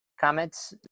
comments